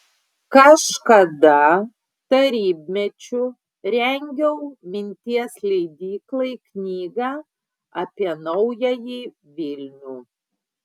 kažkada tarybmečiu rengiau minties leidyklai knygą apie naująjį vilnių